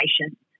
patients